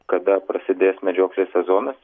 kada prasidės medžioklės sezonas